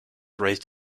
raised